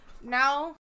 Now